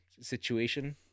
situation